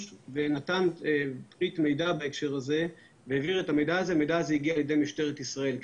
ונתן פריט מידע שהגיע למשטרת ישראל.